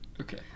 Okay